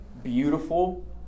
beautiful